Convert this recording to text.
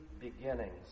beginnings